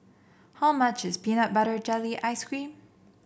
how much is Peanut Butter Jelly Ice cream